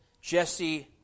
Jesse